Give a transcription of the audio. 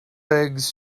eggs